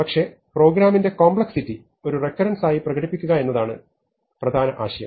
പക്ഷേ പ്രോഗ്രാമിന്റെ കോംപ്ലക്സിറ്റി ഒരു റെക്കരൻസ് ആയി പ്രകടിപ്പിക്കുക എന്നതാണ് പ്രധാന ആശയം